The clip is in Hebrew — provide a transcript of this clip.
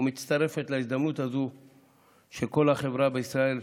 ומצטרפת להזדמנות הזו של כל החברה בישראל,